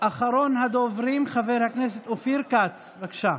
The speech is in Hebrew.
אחרון הדוברים, חבר הכנסת אופיר כץ, בבקשה.